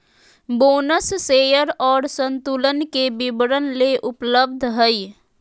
bonus share और संतुलन के वितरण ले उपलब्ध हइ